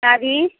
चाभी